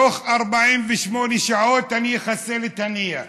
תוך 48 שעות אני אחסל את הנייה.